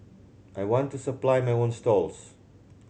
I want to supply my own stalls